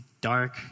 Dark